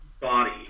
body